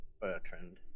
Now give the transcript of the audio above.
Bertrand